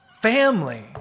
Family